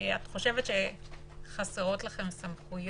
את חושבת שחסרות לכם סמכויות?